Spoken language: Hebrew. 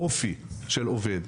אופי של העובד,